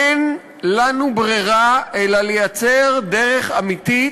אין לנו ברירה אלא לייצר דרך אמיתית,